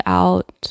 out